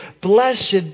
Blessed